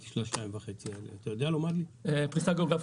אתה יודע לומר לי מה הפריסה הגיאוגרפית של השתיים וחצי האלה?